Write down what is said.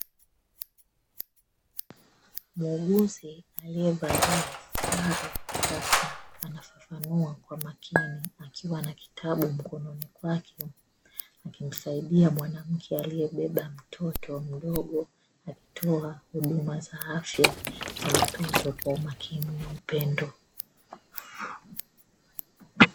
Muuguzi aliyevalia sare rasmi anafafanua kwa makini akiwa na kitabu mkononi kwake, akimsaidia mwanamke aliyebeba mtoto mdogo na kutoa huduma za afya za watoto kwa umakini na upendo.